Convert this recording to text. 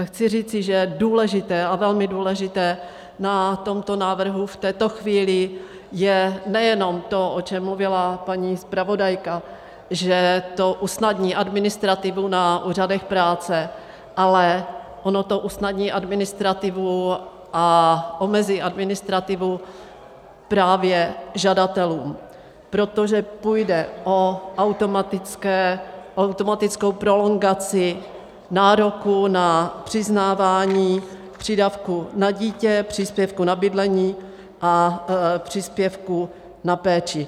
Chci říci, že důležité a velmi důležité na tomto návrhu v této chvíli je nejenom to, o čem mluvila paní zpravodajka, že to usnadní administrativu na úřadech práce, ale ono to usnadní administrativu a omezí administrativu právě žadatelům, protože půjde o automatickou prolongaci nároku na přiznávání přídavku na dítě, příspěvku na bydlení a příspěvku na péči.